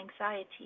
anxiety